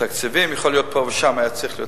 בתקציבים, יכול להיות שפה ושם היה צריך יותר.